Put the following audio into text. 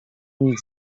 nic